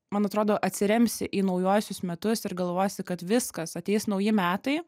man atrodo atsiremsi į naujuosius metus ir galvosi kad viskas ateis nauji metai